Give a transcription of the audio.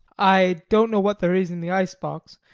i don't know what there is in the icebox.